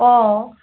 অ